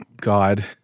God